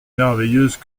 merveilleuse